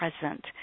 present